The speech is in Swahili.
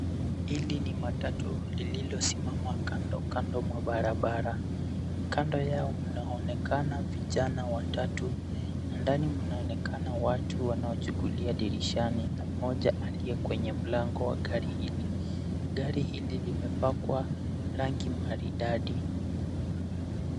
Hili ni matatu, lililosimama kando kando mwa barabara. Kando yao mnaonekana vijana watatu, na ndani mnaonekana watu wanaochungulia dirishani, na mmoja aliye kwenye mlango wa gari hili. Gari hili limepakwa rangi maridadi.